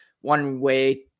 one-way